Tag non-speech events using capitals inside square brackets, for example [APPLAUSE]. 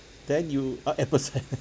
then you ah eight percent [LAUGHS]